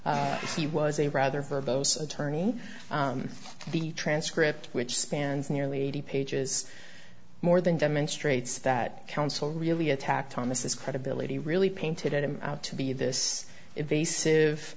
he was a rather verbose attorney the transcript which spans nearly eighty pages more than demonstrates that counsel really attacked thomas credibility really painted him out to be this invasive